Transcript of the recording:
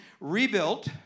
rebuilt